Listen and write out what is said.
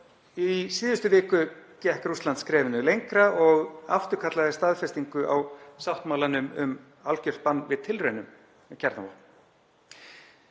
Í síðustu viku gekk Rússland skrefinu lengra og afturkallaði staðfestingu á sáttmálanum um algjört bann við tilraunum